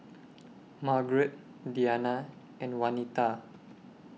Margret Dianna and Wanita